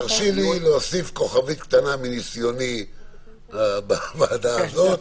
הרשי לי להוסיף כוכבית קטנה מניסיוני בוועדה הזאת,